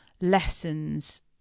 lessons